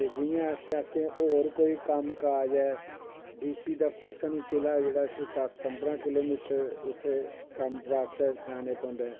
ते जियां ऐसे ऐसे होर कोई कम्म काज़ ऐ डी सी दफ्तर साह्नू जिला इत्थुं दस पंदरां किलोमिटर उत्थें कम्म बास्तै जाना पौंदा ऐ